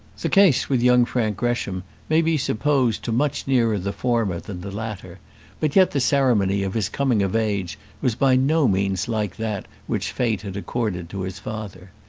the case with young frank gresham may be supposed to much nearer the former than the latter but yet the ceremony of his coming of age was by no means like that which fate had accorded to his father.